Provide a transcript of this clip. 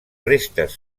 restes